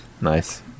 Nice